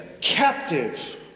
captive